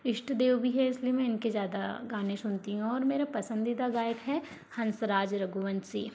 इष्टदेव भी है इसलिए मैं इनके ज़्यादा गाने सुनती हूँ और मेरा पसंदीदा गायक है हंसराज रघुवंशी